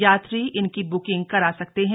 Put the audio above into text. यात्री इनकी बुकिंग करा सकते हैं